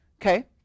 okay